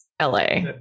LA